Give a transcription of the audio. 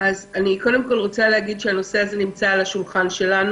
הנושא נמצא על שולחננו.